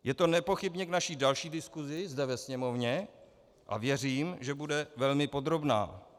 Je to nepochybně k naší další diskusi zde ve Sněmovně a věřím, že bude velmi podrobná.